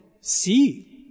see